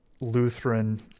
Lutheran